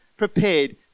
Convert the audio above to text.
prepared